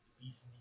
East